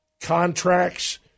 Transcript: Contracts